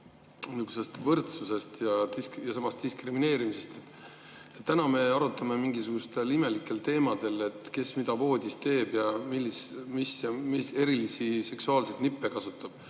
võrdsusest ja samas diskrimineerimisest. Täna me arutame mingisugustel imelikel teemadel, kes mida voodis teeb ja mis erilisi seksuaalseid nippe kasutab.